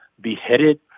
beheaded